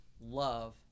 love